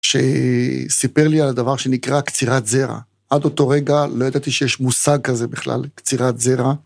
שסיפר לי על הדבר שנקרא קצירת זרע. עד אותו רגע לא ידעתי שיש מושג כזה בכלל, קצירת זרע.